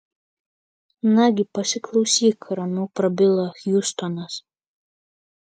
nagi pasiklausyk ramiau prabilo hjustonas